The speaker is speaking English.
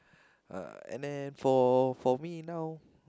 uh and then for for me now